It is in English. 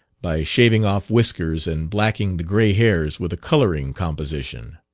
by shaving off whiskers and blacking the grey hairs with a colouring composition.